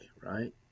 right